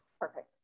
Perfect